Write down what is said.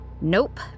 Nope